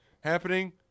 happening